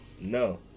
No